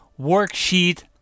Worksheet